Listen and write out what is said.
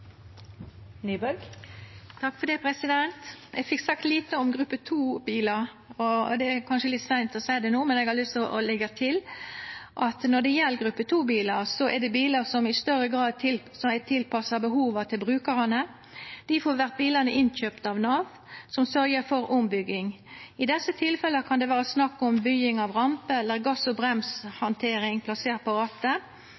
Eg fekk sagt lite om gruppe 2-bilar. Det er kanskje litt seint å seia det no, men eg har lyst til å leggja til at når det gjeld gruppe 2-bilar, er det bilar som i større grad er tilpassa behova til brukaren. Difor vert bilane innkjøpte av Nav, som sørgjer for ombygging. I desse tilfella kan det vera snakk om bygging av rampe eller gass- og